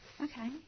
Okay